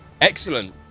Excellent